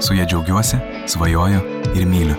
su ja džiaugiuosi svajoju ir myliu